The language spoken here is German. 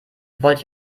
wollte